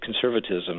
conservatism